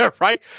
right